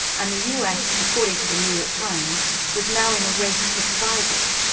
and the us, according to the new york times, was now in a race for survival.